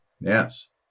Yes